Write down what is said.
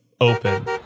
open